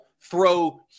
throw